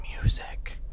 music